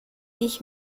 ich